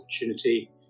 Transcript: opportunity